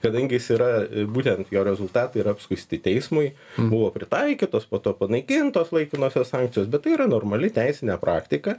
kadangi jis yra būtent jo rezultatai ir apskųsti teismui buvo pritaikytos po to panaikintos laikinosios sankcijos bet tai yra normali teisinė praktika